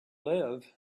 live